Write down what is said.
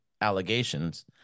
allegations